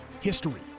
history